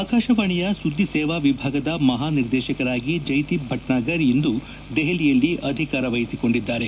ಆಕಾಶವಾಣಿಯ ಸುದ್ದಿ ಸೇವಾ ವಿಭಾಗದ ಮಹಾನಿರ್ದೇಶಕರಾಗಿ ಜೈ ದೀಪ್ ಭಟ್ನಾಗರ್ ಇಂದು ದೆಹಲಿಯಲ್ಲಿ ಅಧಿಕಾರ ವಹಿಸಿಕೊಂಡಿದ್ದಾರೆ